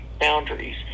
boundaries